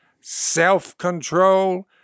self-control